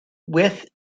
width